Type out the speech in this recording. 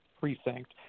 precinct